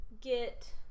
get